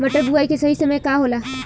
मटर बुआई के सही समय का होला?